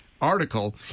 article